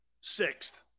Sixth